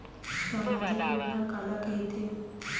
सामाजिक योजना काला कहिथे?